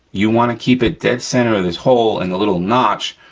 you wanna keep it dead center of this hole, and the little notch,